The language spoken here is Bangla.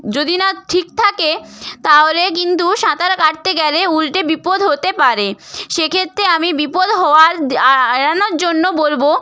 যদি না ঠিক থাকে তাহলে কিন্তু সাঁতার কাটতে গেলে উল্টে বিপদ হতে পারে সেক্ষেত্রে আমি বিপদ হওয়ার এড়ানোর জন্য বলব